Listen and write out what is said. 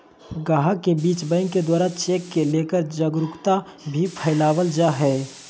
गाहक के बीच बैंक के द्वारा चेक के लेकर जागरूकता भी फैलावल जा है